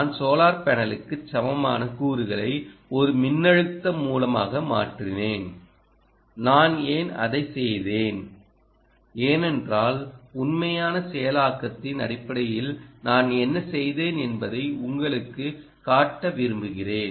நான் சோலார் பேனலுக்கு சமமான கூறுகளை ஒரு மின்னழுத்த மூலமாக மாற்றினேன் நான் ஏன் அதை செய்தேன் ஏனென்றால் உண்மையான செயலாக்கத்தின் அடிப்படையில் நான் என்ன செய்தேன் என்பதை உங்களுக்குக் காட்ட விரும்புகிறேன்